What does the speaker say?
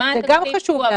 זה גם חשוב להבין.